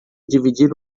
dividir